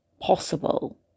possible